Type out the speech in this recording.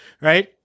right